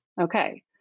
Okay